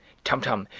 tum-tum!